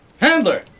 Handler